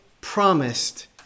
promised